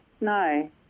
no